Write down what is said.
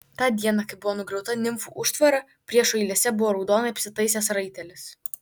tą dieną kai buvo nugriauta nimfų užtvara priešo eilėse buvo raudonai apsitaisęs raitelis